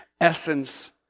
essence